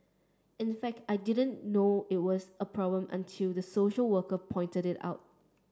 in fact I didn't know it was a problem until the social worker pointed it out